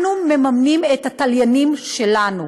אנו מממנים את התליינים שלנו.